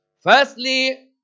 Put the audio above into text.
firstly